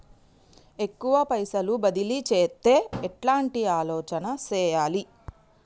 ఎక్కువ పైసలు బదిలీ చేత్తే ఎట్లాంటి ఆలోచన సేయాలి?